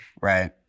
Right